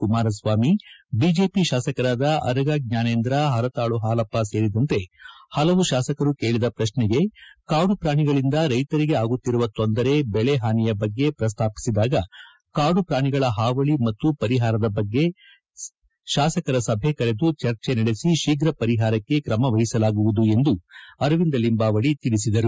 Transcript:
Kumaraswamy BJP ಶಾಸಕರಾದ ಅರಗಜ್ವಾನೇಂದ್ರ ಪರತಾಳು ಹಾಲಪ್ಪ ಸೇರಿದಂತೆ ಹಲವು ಶಾಸಕರು ಕೇಳದ ಪ್ರಶ್ನೆಗೆ ಕಾಡು ಪಾಣಿಗಳಿಂದ ರೈತರಿಗೆ ಆಗುತ್ತಿರುವ ತೊಂದರೆ ಬೆಳೆ ಹಾನಿಯ ಬಗ್ಗೆ ಪ್ರಸಾಪಿಸಿದಾಗ ಕಾಡು ಪಾಣಿಗಳ ಹಾವಳಿ ಮತ್ತು ಪರಿಹಾರದ ಬಗ್ಗೆ ಸಂಬಂಧಿಸಿದಂತೆ ಶಾಸಕರ ಸಭೆ ಕರೆದು ಚರ್ಚೆ ನಡೆಸಿ ಶೀಘ ಪರಿಹಾರಕ್ಕೆ ಕ್ರಮವಹಿಸಲಾಗುವುದು ಎಂದು ಅರವಿಂದ ಲಿಂಬಾವಳಿ ತಿಳಿಸಿದರು